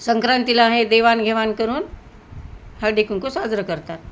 संक्रांतीला आहे देवाणघेवाण करून हळदी कुंकू साजरं करतात